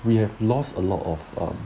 we have lost a lot of um